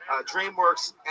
dreamworks